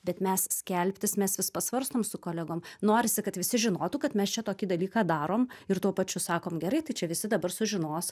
bet mes skelbtis mes vis pasvarstom su kolegom norisi kad visi žinotų kad mes čia tokį dalyką darom ir tuo pačiu sakom gerai tai čia visi dabar sužinos